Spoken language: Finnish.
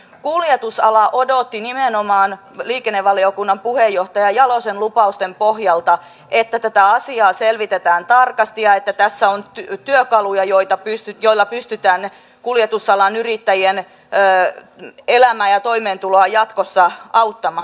kuljetusala odotti nimenomaan liikennevaliokunnan puheenjohtaja jalosen lupausten pohjalta että tätä asiaa selvitetään tarkasti ja että tässä on työkaluja joilla pystytään kuljetusalan yrittäjien elämää ja toimeentuloa jatkossa auttamaan